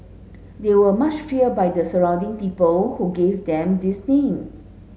they were much feared by the surrounding people who gave them this name